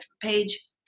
page